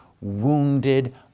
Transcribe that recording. wounded